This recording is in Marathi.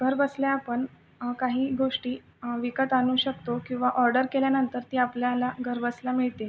घर बसल्या आपण काही गोष्टी विकत आणू शकतो किंवा ऑर्डर केल्यानंतर ती आपल्याला घर बसल्या मिळते